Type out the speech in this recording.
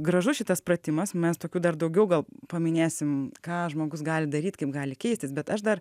gražus šitas pratimas mes tokių dar daugiau gal paminėsim ką žmogus gali daryt kaip gali keistis bet aš dar